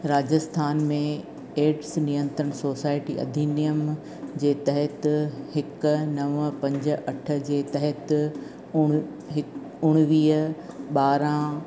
राजस्थान में एडस नियंत्रण सोसाइटी अधिनियम जे तहत हिकु नव पंज अठ जे तहतु उण हि उणिवीह ॿारहं